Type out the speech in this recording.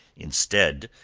instead,